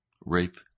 rape